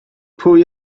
pwy